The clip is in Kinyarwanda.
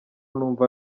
numva